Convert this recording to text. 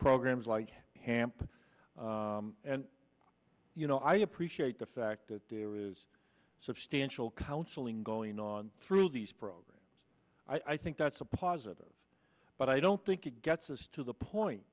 programs like hamp and you know i appreciate the fact that there is substantial counseling going on through these programs i think that's a positive but i don't think it gets us to the point